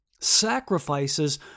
Sacrifices